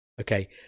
Okay